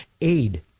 aid